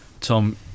Tom